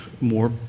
more